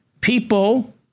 People